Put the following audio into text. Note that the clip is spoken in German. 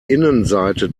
innenseite